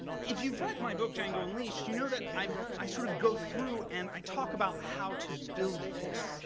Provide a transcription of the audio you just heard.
if you've read my book django unleashed, you know that i've, i sort of go through and i talk about how to build this,